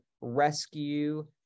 rescue